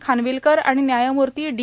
खानविलकर आणि व्यायमूर्ती डी